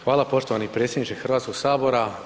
Hvala poštovani predsjedniče Hrvatskog sabora.